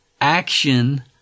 action